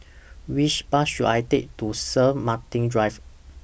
Which Bus should I Take to Saint Martin's Drive